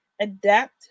Adapt